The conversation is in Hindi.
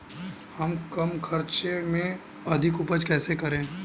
हम कम खर्च में अधिक उपज कैसे करें?